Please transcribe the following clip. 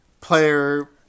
player